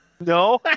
No